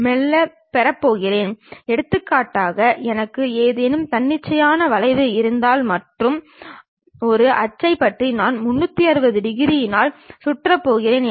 பல தோற்ற எறியத்தில் கிடைமட்ட தளம் செங்குத்து தளம் பக்கவாட்டு தளம் போன்றவற்றில் நமக்கு வெவ்வேறு விதமான தோற்றங்கள் கிடைக்கின்றன